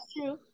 true